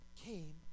came